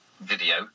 video